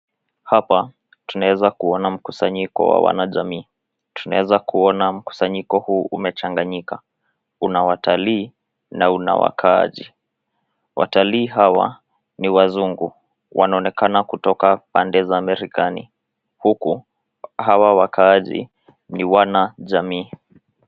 Hapa tunaweza kuona mkusanyiko wawanajamii. Tunaweza kuona mkusanyiko huu umechanganyika . Kuna watalii na una wakaazi. Watalii hawa ni wazungu. Wanaonekana kutoka pande za marekani huku hawa wakaazi ni wanajamii.